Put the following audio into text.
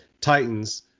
Titans